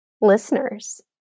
listeners